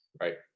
right